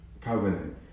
covenant